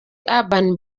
urban